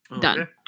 Done